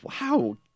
Wow